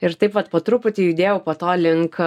ir taip vat po truputį judėjau po to link